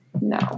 No